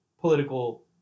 political